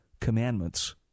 commandments